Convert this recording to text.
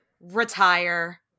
retire